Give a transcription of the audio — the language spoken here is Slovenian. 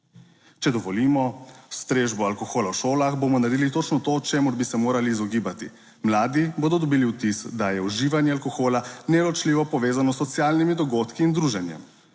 Če dovolimo strežbo alkohola v šolah, bomo naredili točno to, čemur bi se morali izogibati. Mladi bodo dobili vtis, da je uživanje alkohola neločljivo povezano s socialnimi dogodki in druženjem.